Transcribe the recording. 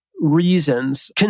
reasons